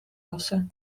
lossen